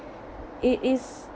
it is